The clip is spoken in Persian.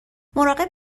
مراقب